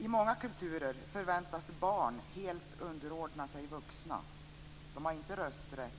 I många kulturer förväntas barn helt underordna sig vuxna. De har inte rösträtt